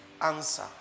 answer